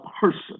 person